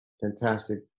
fantastic